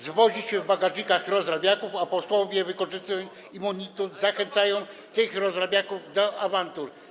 Zwozi się w bagażnikach rozrabiaków, a posłowie wykorzystują i zachęcają tych rozrabiaków do awantur.